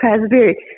raspberry